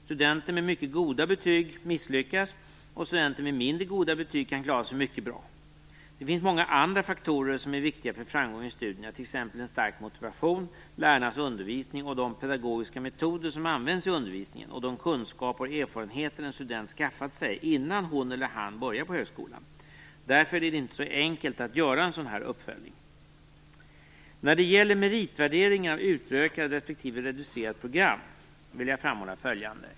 Studenter med mycket goda betyg misslyckas och studenter med mindre goda betyg kan klara sig mycket bra. Det finns många andra faktorer som också är viktiga för framgång i studierna, t.ex. en stark motivation, lärarnas undervisning och de pedagogiska metoder som används i undervisningen och de kunskaper och erfarenheter en student har skaffat sig innan hon eller han börjar på högskolan. Därför är det inte så enkelt att göra en sådan här uppföljning. När det gäller meritvärderingen av utökat respektive reducerat program vill jag framhålla följande.